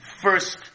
first